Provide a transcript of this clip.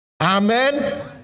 Amen